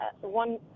one